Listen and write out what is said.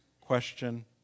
question